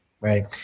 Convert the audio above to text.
Right